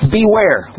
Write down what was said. Beware